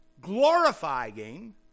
glorifying